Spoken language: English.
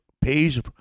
page